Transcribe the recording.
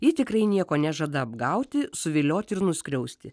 ji tikrai nieko nežada apgauti suvilioti ir nuskriausti